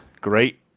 great